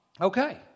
okay